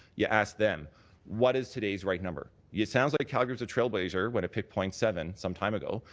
you ask them what is today's right number. yeah it sounds like calgary was a trailblazer when it picked point seven some time ago.